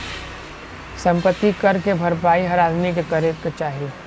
सम्पति कर के भरपाई हर आदमी के करे क चाही